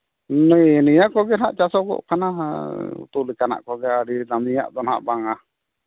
ᱦᱩᱸ ᱱᱤᱭᱟᱹ ᱠᱚᱜᱮ ᱦᱟᱸᱜ ᱪᱟᱥᱚᱜᱚᱜ ᱠᱟᱱᱟ ᱱᱟᱜ ᱩᱛᱩ ᱞᱮᱠᱟᱱᱟᱜ ᱠᱚᱜᱮ ᱟᱹᱰᱤ ᱫᱟᱢᱤᱭᱟᱜ ᱫᱚ ᱱᱟᱜ ᱵᱟᱝᱟ